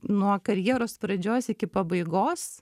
nuo karjeros pradžios iki pabaigos